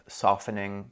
softening